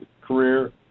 career